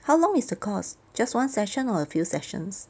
how long is the course just one session or a few sessions